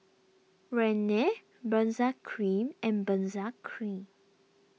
Rene Benzac Cream and Benzac Cream